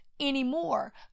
anymore